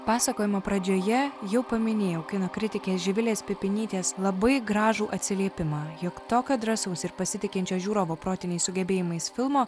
pasakojimo pradžioje jau paminėjau kino kritikės živilės pipinytės labai gražų atsiliepimą jog tokio drąsaus ir pasitikinčio žiūrovo protiniais sugebėjimais filmo